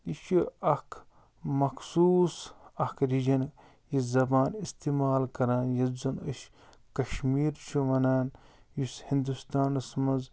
یہِ چھُ اکھ مَخصوٗص اکھ رِجَن یہِ زَبان اِستعمال کَران یَتھ زَن أسۍ کشمیٖر چھ ونان یُس ہِندوستانَس مَنٛز